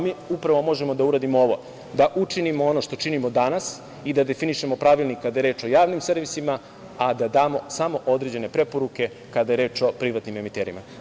Mi upravo možemo da uradimo ovo, da učinimo ono što činimo danas i da definišemo pravilnik kada je reč o javnim servisima, a da damo samo određene preporuke, kada je reč o privatnim emiterima.